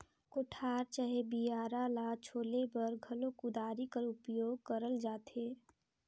कोठार चहे बियारा ल छोले बर घलो कुदारी कर उपियोग करल जाथे